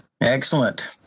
Excellent